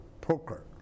poker